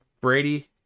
Brady